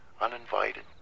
uninvited